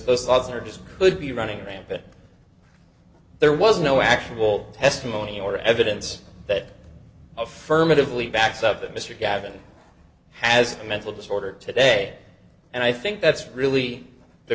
thoughts are just could be running rampant there was no actual testimony or evidence that affirmatively backs up that mr gavin has a mental disorder today and i think that's really the